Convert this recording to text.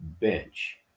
bench